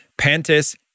pantis